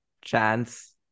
chance